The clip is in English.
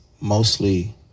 mostly